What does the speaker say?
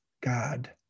God